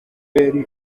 yari